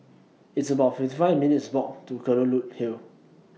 It's about fifty five minutes' Walk to Kelulut Hill